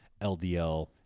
LDL